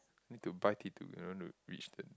need to buy T two in order to reach the